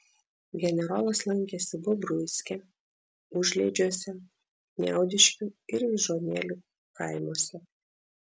generolas lankėsi bobruiske užliedžiuose kniaudiškių ir vyžuonėlių kaimuose